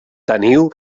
teniu